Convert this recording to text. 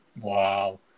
Wow